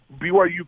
BYU